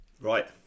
Right